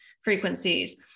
frequencies